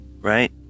Right